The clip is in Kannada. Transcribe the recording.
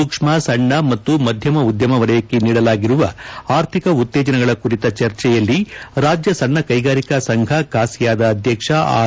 ಸೂಕ್ಷ್ಮಸಣ್ಣ ಮತ್ತು ಮಧ್ಯಮ ಉದ್ಯಮ ವಲಯಕ್ಕೆ ನೀಡಲಾಗಿರುವ ಆರ್ಥಿಕ ಉತ್ತೇಜನಗಳ ಕುರಿತ ಚರ್ಚೆಯಲ್ಲಿ ರಾಜ್ಯ ಸಣ್ಣ ಕ್ಕೆಗಾರಿಕಾ ಸಂಘ ಕಾಸಿಯಾದ ಅಧ್ಯಕ್ಷ ಆರ್